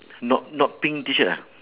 not not pink T-shirt ah